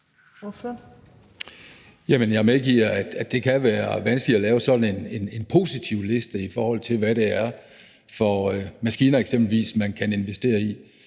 Jamen jeg medgiver, at det kan være vanskeligt at lave sådan en positivliste, i forhold til hvad det eksempelvis er for maskiner, man kan investere i.